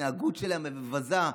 ההתנהגות שלהם מבזה,